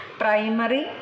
primary